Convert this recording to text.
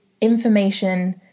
information